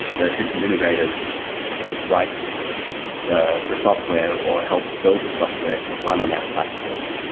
the systems integrators writes the the software, or helps build the software to run on our platform,